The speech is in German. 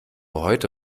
heute